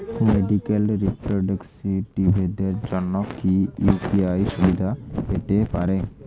Medical রিপ্রেজন্টেটিভদের জন্য কি ইউ.পি.আই সুবিধা পেতে পারে?